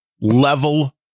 level